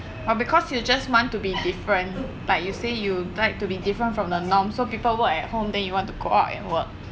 or because you just want to be different like you say you like to be different from the norm so people work at home then you want to go out and work